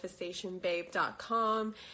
manifestationbabe.com